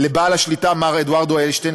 לבעל השליטה מר אדוארדו אלשטיין,